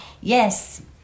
Yes